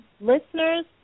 Listeners